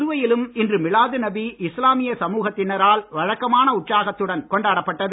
புதுவையிலும் இன்று மிலாது நபி இஸ்லாமிய சமுகத்தினரால் வழக்கமான உற்சாகத்துடன் கொண்டாடப்பட்டது